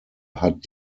hat